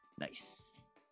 Nice